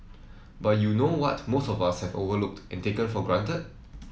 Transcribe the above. but you know what most of us have overlooked and taken for granted